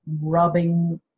rubbing